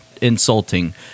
insulting